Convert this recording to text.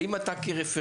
האם אתה כרפרנט,